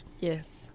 Yes